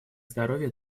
здоровье